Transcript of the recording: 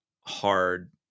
hard